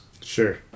Sure